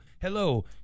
hello